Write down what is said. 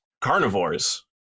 carnivores